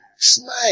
Smile